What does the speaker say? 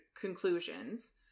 conclusions